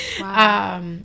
Wow